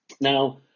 Now